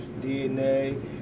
DNA